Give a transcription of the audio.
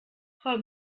frau